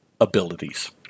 abilities